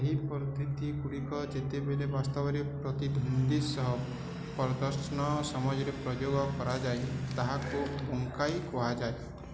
ଏହି ପଦ୍ଧତି ଗୁଡ଼ିକ ଯେତେବେଳେ ବାସ୍ତବ ପ୍ରତିଦ୍ଵନ୍ଦ୍ଵୀ ସହ ପ୍ରଦର୍ଶନ ସମୟରେ ପ୍ରୟୋଗ କରାଯାଏ ତାହାକୁ ବୁଙ୍କାଇ କୁହାଯାଏ